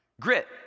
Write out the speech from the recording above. Grit